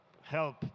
help